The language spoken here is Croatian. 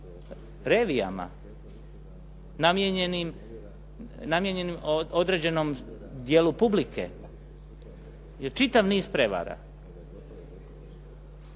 revijama, namijenjenim određenom dijelu publike je čitav niz prevara.